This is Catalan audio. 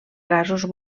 gasos